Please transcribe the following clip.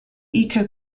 eco